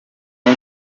iyi